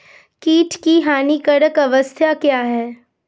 कीट की हानिकारक अवस्था क्या है?